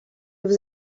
was